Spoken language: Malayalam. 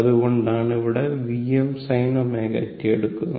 അതുകൊണ്ടാണ് ഇവിടെ Vmsin ωt എടുക്കുന്നത്